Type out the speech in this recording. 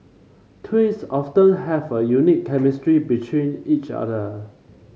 twins often have a unique chemistry between each other